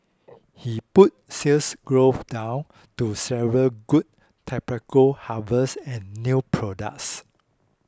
he put Sales Growth down to several good tobacco harvests and new products